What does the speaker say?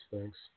thanks